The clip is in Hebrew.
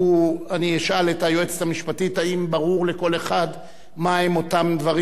אני אשאל את היועצת המשפטית אם ברור לכל אחד מה הם אותם דברים